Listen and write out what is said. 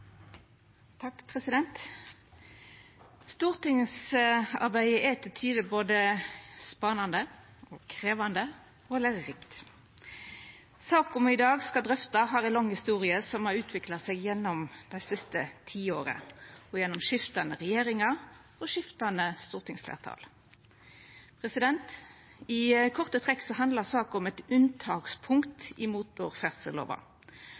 til tider både spanande, krevjande og lærerikt. Saka me i dag skal drøfta, har ei lang historie som har utvikla seg gjennom dei siste tiåra, gjennom skiftande regjeringar og skiftande stortingsfleirtal. I korte trekk handlar saka om